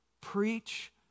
Preach